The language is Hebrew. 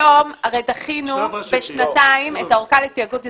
היום הרי דחינו בשנתיים את הארכה לתיאגוד אזורי.